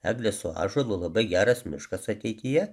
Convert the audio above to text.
eglė su ąžuolu labai geras miškas ateityje